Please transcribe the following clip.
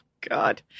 god